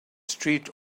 street